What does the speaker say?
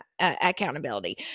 accountability